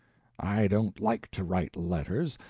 i don't like to write letters,